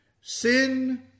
Sin